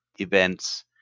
events